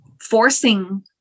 forcing